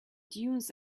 dunes